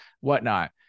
whatnot